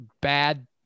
bad